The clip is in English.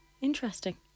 Interesting